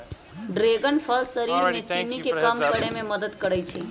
dragon फल शरीर में चीनी के कम करे में मदद करई छई